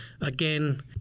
again